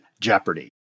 Jeopardy